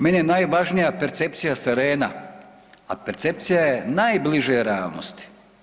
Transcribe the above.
Meni je najvažnija percepcija s terena, a percepcija je najbliže realnosti.